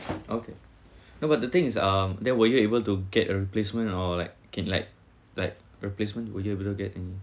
okay no but the thing is um that were you able to get a replacement or like can like like replacement would you able to get any